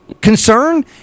concern